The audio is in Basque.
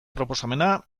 proposamena